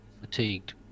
Fatigued